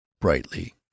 brightly